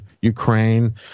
Ukraine